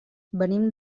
venim